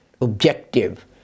objective